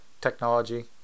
technology